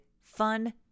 fun